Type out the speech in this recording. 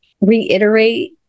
reiterate